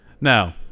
Now